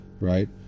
Right